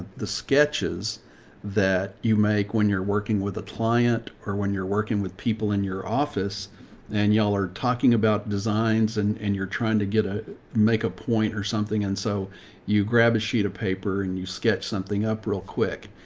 the sketches that you make when you're working with a client or when you're working with people in your office and y'all are talking about designs and, and you're trying to get a, make a point or something. and so you grab a sheet of paper and you sketch something up real quick.